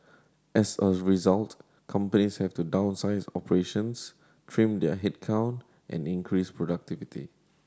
as a result companies have to downsize operations trim their headcount and increase productivity